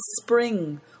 spring